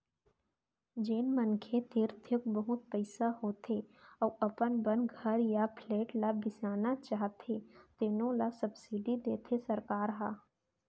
जेन मनखे तीर थोक बहुत पइसा होथे अउ अपन बर घर य फ्लेट बिसाना चाहथे तेनो ल सब्सिडी देथे सरकार ह